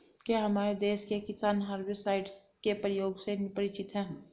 क्या हमारे देश के किसान हर्बिसाइड्स के प्रयोग से परिचित हैं?